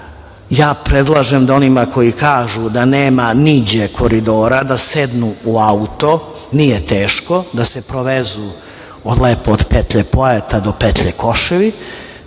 ja predlažem da onima koji kažu da nema „niđe2 koridora, da sednu u auto, nije teško, da se provezu od petlje Pojate do petlje Koševi,